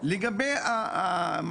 לגבי מה